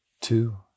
two